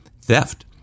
Theft